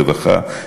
רווחה,